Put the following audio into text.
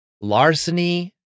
larceny